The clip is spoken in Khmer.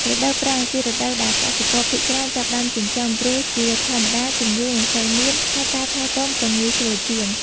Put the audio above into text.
រដូវប្រាំង ជារដូវដែលកសិករភាគច្រើនចាប់ផ្ដើមចិញ្ចឹម ព្រោះជាធម្មតាជំងឺមិនសូវមាន ហើយការថែទាំក៏ងាយស្រួលជាង។